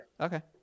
okay